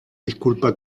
disculpa